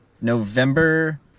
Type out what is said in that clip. November